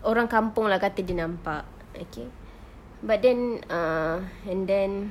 orang kampung lah kata dia nampak okay but then um and then